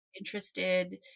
interested